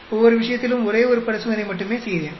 ஒவ்வொரு விஷயத்திலும் ஒரே ஒரு பரிசோதனை மட்டுமே செய்தேன்